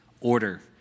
order